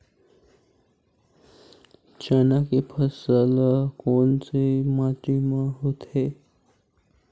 चना के फसल कोन से माटी मा होथे?